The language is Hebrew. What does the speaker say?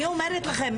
אני אומרת לכם,